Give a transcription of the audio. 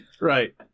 Right